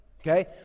Okay